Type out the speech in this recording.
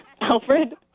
Alfred